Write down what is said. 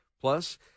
Plus